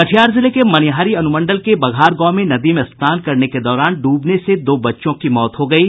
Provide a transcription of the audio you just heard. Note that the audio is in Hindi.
कटिहार जिले के मनिहारी अनुमंडल के बघार गांव में नदी में स्नान करने के दौरान ड्रबने से दो बच्चों की मौत हो गयी